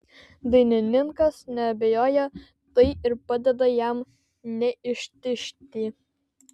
dainininkas neabejoja tai ir padeda jam neištižti